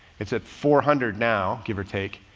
it's at four hundred now give or take.